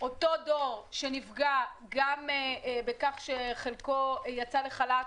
אותו דור שנפגע גם בכך שחלקו יצא לחל"ת,